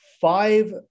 five